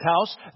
house